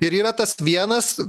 ir yra tas vienas